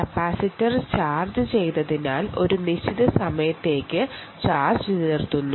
capacitor charge ചെയ്തതിനാൽ ഒരു നിശ്ചിത സമയത്തേക്ക് ചാർജ് നിലനിൽക്കുന്നു